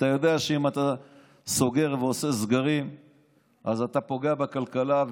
אתה יודע שאם אתה סוגר ועושה סגרים אז אתה פוגע בכלכלה,